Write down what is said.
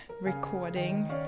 recording